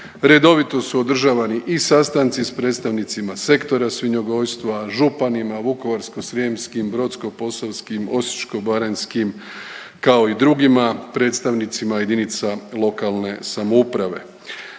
Redovito su održavani i sastanci s predstavnicima sektora svinjogojstva, županima Vukovarsko-srijemskim, Brodsko-posavskim, Osječko-baranjskim kao i drugima predstavnicima jedinica lokalne samouprave.